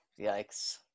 Yikes